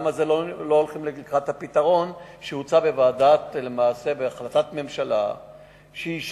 למה לא הולכים לקראת הפתרון שהוצע בהחלטת ממשלה ישנה.